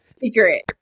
secret